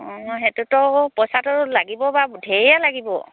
অঁ সেইটোতো পইচাটো লাগিব বা ধেৰ লাগিব